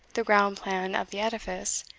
the ground-plan of the edifice,